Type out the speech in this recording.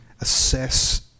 assess